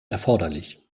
erforderlich